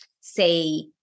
say